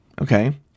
Okay